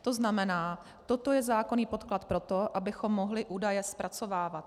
To znamená, toto je zákonný podklad pro to, abychom mohli údaje zpracovávat.